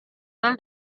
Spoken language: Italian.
nel